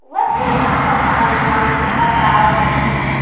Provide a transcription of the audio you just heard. let's get a sense from everyone about